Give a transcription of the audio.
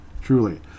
truly